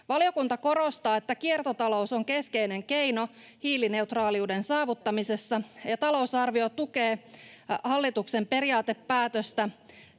Valiokunta korostaa, että kiertotalous on keskeinen keino hiilineutraaliuden saavuttamisessa, ja talousarvio tukee hallituksen periaatepäätöstä